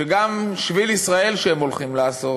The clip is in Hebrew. שגם "שביל ישראל" שהם הולכים לעשות,